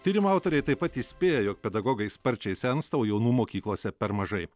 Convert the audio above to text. tyrimo autoriai taip pat įspėja jog pedagogai sparčiai sensta o jaunų mokyklose per mažai